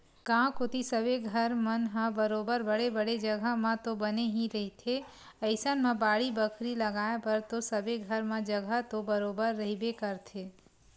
गाँव कोती सबे घर मन ह बरोबर बड़े बड़े जघा म तो बने ही रहिथे अइसन म बाड़ी बखरी लगाय बर तो सबे घर म जघा तो बरोबर रहिबे करथे